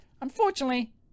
Unfortunately